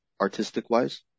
artistic-wise